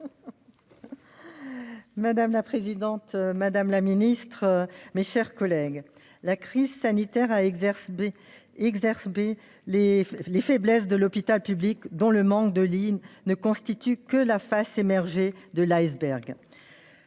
Madame la présidente, madame la ministre, mes chers collègues, la crise sanitaire a exacerbé les faiblesses de l'hôpital public, où le manque de lits ne constitue que la partie émergée de l'iceberg.